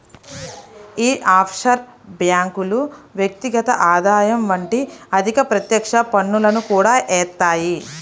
యీ ఆఫ్షోర్ బ్యేంకులు వ్యక్తిగత ఆదాయం వంటి అధిక ప్రత్యక్ష పన్నులను కూడా యేత్తాయి